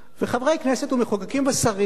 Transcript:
וחברי כנסת ומחוקקים ושרים,